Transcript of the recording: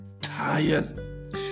tired